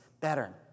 better